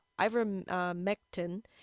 ivermectin